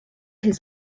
his